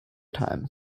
time